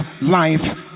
life